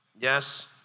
Yes